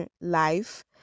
life